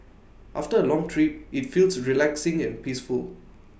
after A long trip IT feels relaxing and peaceful